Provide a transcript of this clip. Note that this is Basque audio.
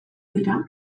dira